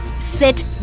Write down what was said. Sit